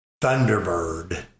Thunderbird